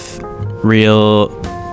real